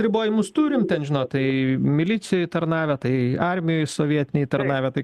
ribojimus turim ten žino tai milicijai tarnavę tai armijoj sovietinėj tarnavę tai